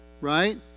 right